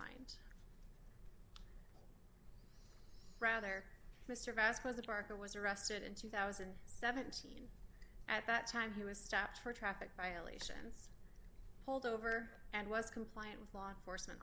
mind rather mr vasquez the barker was arrested in two thousand and seventeen at that time he was stopped for traffic violations pulled over and was compliant with law enforcement